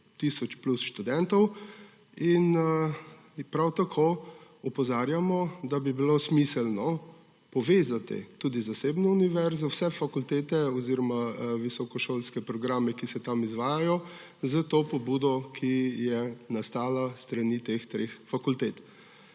tisoč plus študentov. Prav tako opozarjamo, da bi bilo smiselno povezati tudi zasebno univerzo, vse fakultete oziroma visokošolske programe, ki se tam izvajajo, s to pobudo, ki je nastala s strani teh treh fakultet.